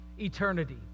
eternity